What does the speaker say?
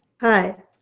Hi